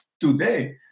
today